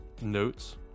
Notes